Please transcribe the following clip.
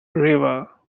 river